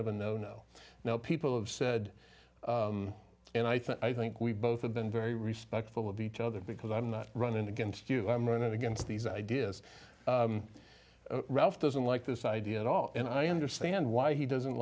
of a no no now people have said and i think we both have been very respectful of each other because i'm not running against you i'm running against these ideas ralph doesn't like this idea at all and i understand why he doesn't